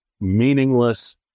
meaningless